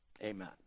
Amen